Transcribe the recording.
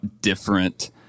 different